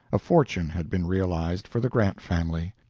a fortune had been realized for the grant family.